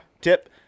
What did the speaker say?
tip